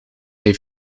hij